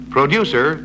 producer